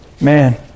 Man